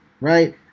right